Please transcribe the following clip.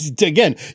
again